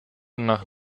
nach